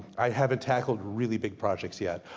i haven't tackled really big projects yet.